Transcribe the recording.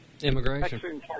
Immigration